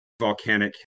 volcanic